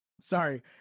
Sorry